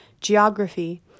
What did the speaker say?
geography